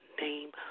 name